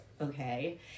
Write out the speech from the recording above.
okay